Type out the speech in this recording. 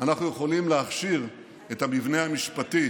אנחנו יכולים להכשיר את המבנה המשפטי